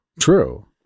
True